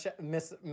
Miss